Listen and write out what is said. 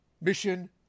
mission